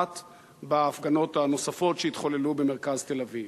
בהפגנות הנוספות שהתחוללו במרכז תל-אביב?